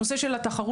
הנושא של התחרות,